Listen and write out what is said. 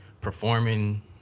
performing